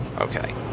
okay